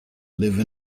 live